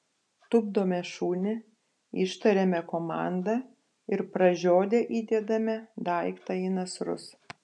tupdome šunį ištariame komandą ir pražiodę įdedame daiktą į nasrus